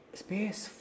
space